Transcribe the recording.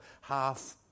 half